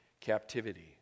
captivity